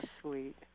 Sweet